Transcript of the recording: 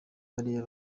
bariya